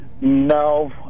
No